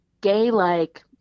Gay-like –